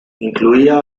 incluía